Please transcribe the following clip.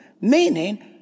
Meaning